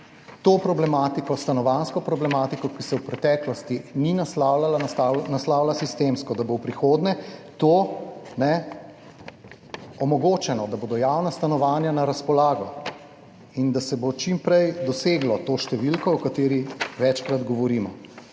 stanovanjsko problematiko, ki se v preteklosti ni naslavljala, naslavlja sistemsko, da bo v prihodnje to omogočeno, da bodo javna stanovanja na razpolago in da se bo čim prej doseglo to številko o kateri večkrat govorimo.